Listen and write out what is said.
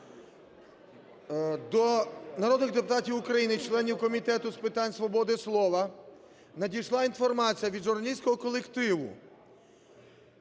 До народних депутатів України, членів Комітету з питань свободи слова надійшла інформація від журналістського колективу